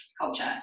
culture